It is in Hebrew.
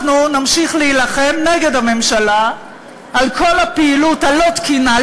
אנחנו נמשיך להילחם נגד הממשלה על כל הפעילות הלא-תקינה,